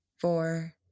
four